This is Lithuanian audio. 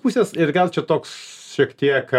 pusės ir gal čia toks šiek tiek